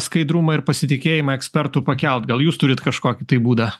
skaidrumą ir pasitikėjimą ekspertų pakelt gal jūs turit kažkokį tai būdą